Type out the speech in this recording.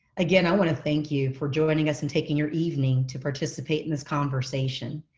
again, i want to thank you for joining us and taking your evening to participate in this conversation.